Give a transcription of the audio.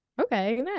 okay